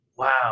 wow